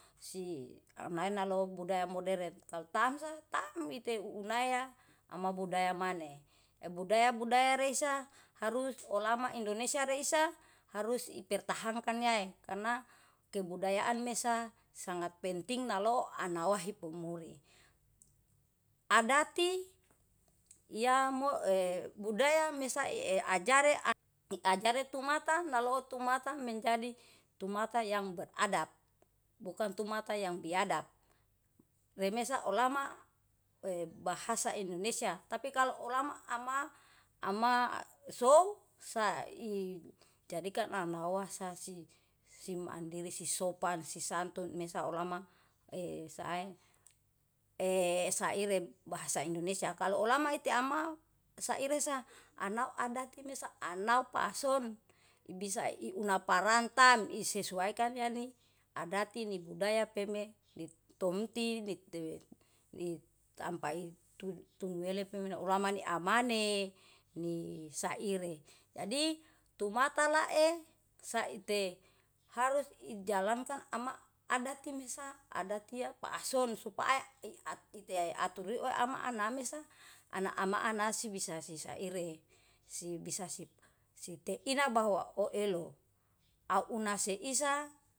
Si amnai nalou budaya moderen kalu tamsa taem ite uunaya ama budaya maneh. Ebudaya budaya reisa harus olama indonesia reisa harus iperhatankannya karena kebudyaan mesa sangat penting naloo ana wahib pumuri. Adati yamoe budaya mesaie ajare tumata nolou mata menjadi tumata yang beradat bukan tumata yang biadab. Remesa olama e bahasa indonesia tapi kalo olama ama souw sai jadi kan anaoa sahsi si mandiri, si sopan si santun mesa olama e sae e saire bahasa indonesia kalo olama ite ama saire sa anau adate mesa anau pahson ibisa iuna parantam isesuaikan yani adati ni budaya peme ditomti ni tampa i tu tuele pema ulamane amane ni saire. Jadi tumata lae saite harus ijalankan ama adati mesa adatia pahson supaya iat ite atur ama ana mehsa ana ama anasi bisa sisaire, si bisa si teina bahwa o elo au ina seisa.